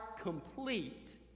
complete